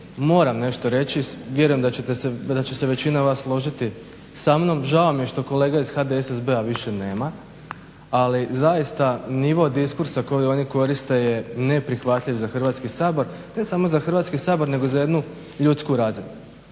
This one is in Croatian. moram nešto reći, vjerujem da će se većina vas složiti sa mnom, žao mi je što kolega iz HDSSB-a više nema, ali zaista nivo diskursa koji oni koriste je neprihvatljiv za Hrvatski sabor ne samo za Hrvatski sabor nego za jednu ljudsku razinu.